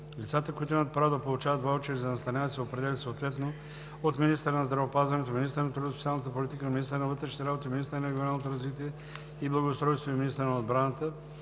Лицата, които имат право да получат ваучери за настаняване, се определят съответно от министъра на здравеопазването, министъра на труда и социалната политика, министъра на вътрешните работи, министъра на регионалното развитие и благоустройството и министъра на отбраната